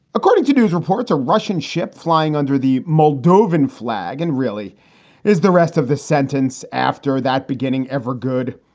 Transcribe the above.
according to news reports, a russian ship flying under the moldovan flag and really is the rest of the sentence after that beginning ever good?